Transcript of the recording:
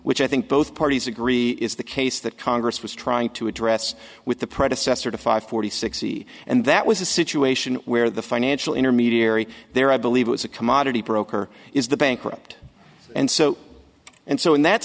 which i think both parties agree is the case that congress was trying to address with the predecessor to five hundred sixty and that was a situation where the financial intermediary there i believe was a commodity broker is the bankrupt and so and so in that